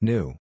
New